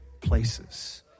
places